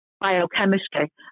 biochemistry